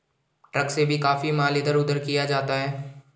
truck से भी काफी माल इधर उधर किया जाता है